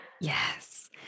Yes